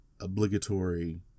obligatory